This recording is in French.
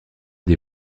des